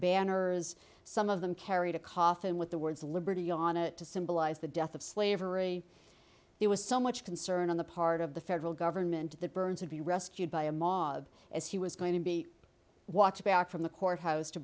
banners some of them carried a coffin with the words liberty on it to symbolize the death of slavery there was so much concern on the part of the federal government that burns would be rescued by a mob as he was going to be watched back from the courthouse to